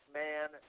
man